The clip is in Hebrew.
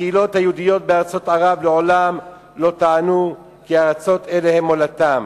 הקהילות היהודיות בארצות ערב מעולם לא טענו כי ארצות אלה הן מולדתם.